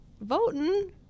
voting